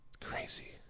Crazy